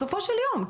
בסופו של יום,